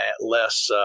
less –